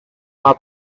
our